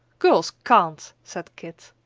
girls can't, said kit.